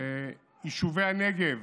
ויישובי הנגב